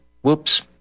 Whoops